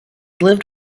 lived